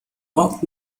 wrok